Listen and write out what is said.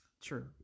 True